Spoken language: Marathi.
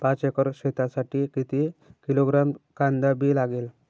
पाच एकर शेतासाठी किती किलोग्रॅम कांदा बी लागेल?